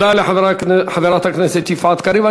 תודה לחברת הכנסת יפעת קריב.